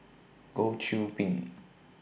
Goh Qiu Bin